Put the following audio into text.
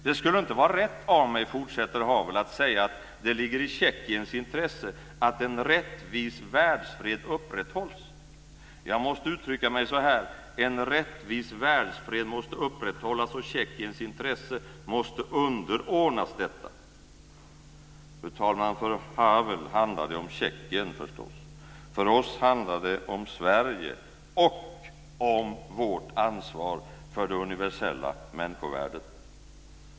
Det skulle inte vara rätt av mig, fortsätter Havel, att säga att det ligger i Tjeckiens intresse att en rättvis världsfred upprätthålls. Jag måste uttrycka mig så här: En rättvis världsfred måste upprätthållas, och Tjeckiens intresse måste underordnas detta. Fru talman! För Havel handlar det förstås om Tjeckien. För oss handlar det om Sverige och om vårt ansvar för det universella människovärdet.